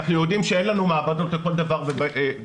אנחנו יודעים שאין לנו מעבדות לכל דבר ועניין